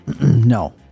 No